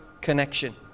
connection